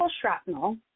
shrapnel